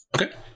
okay